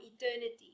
eternity